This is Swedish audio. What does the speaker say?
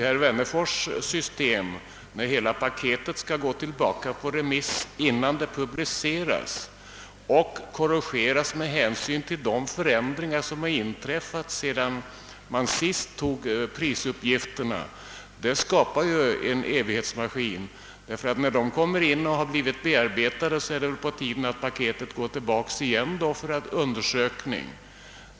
Herr Wennerfors” system med att hela paketet skall gå tillbaka på remiss innan det publiceras och korrigeras med hänsyn till de förändringar, som har inträffat sedan man sist tog prisuppgifterna, skapar ju en evighetsmaskin. När materialet kommer in och har blivit bearbetat, är det nämligen på tiden att paketet går tillbaka igen för undersökning.